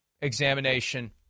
examination